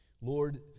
Lord